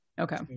okay